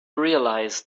realize